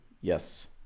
Yes